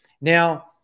Now